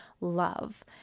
Love